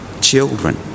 children